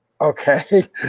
Okay